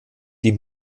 die